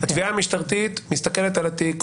התביעה המשטרתית מסתכלת על התיק,